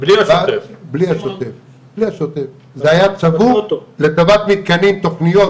זה היה צבור לטובת מתקני תכניות